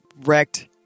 wrecked